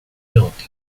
noti